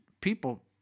people